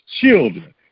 children